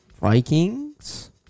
Vikings